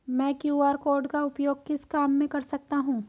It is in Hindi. मैं क्यू.आर कोड का उपयोग किस काम में कर सकता हूं?